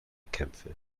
kämpfe